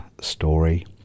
story